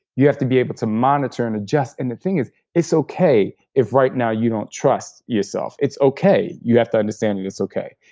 you have to be able to monitor and adjust. and the thing is it's okay if right now you don't trust yourself. it's okay. you have to understand that and it's okay.